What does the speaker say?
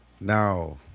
Now